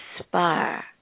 inspire